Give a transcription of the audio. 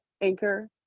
anchor